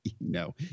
No